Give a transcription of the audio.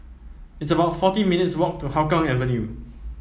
it's about forty minutes' walk to Hougang Avenue